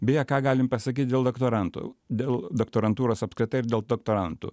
beje ką galim pasakyt dėl doktorantų dėl doktorantūros apskritai ir dėl doktorantų